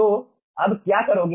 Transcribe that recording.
तो अब क्या करोगे